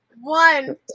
One